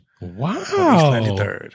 Wow